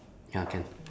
ya can